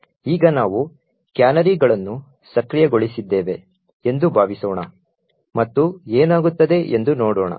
ಈಗ ನಾವು ಕ್ಯಾನರಿಗಳನ್ನು ಸಕ್ರಿಯಗೊಳಿಸಿದ್ದೇವೆ ಎಂದು ಭಾವಿಸೋಣ ಮತ್ತು ಏನಾಗುತ್ತದೆ ಎಂದು ನೋಡೋಣ